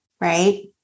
right